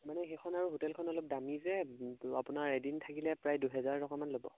মানে সেইখন আৰু হোটেলখন অলপ দামী যে আপোনাৰ এদিন থাকিলে প্ৰায় দুহেজাৰ টকামান ল'ব